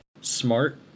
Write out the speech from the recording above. smart